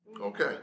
Okay